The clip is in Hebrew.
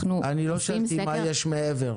אני לא שאלתי מה יש מעבר.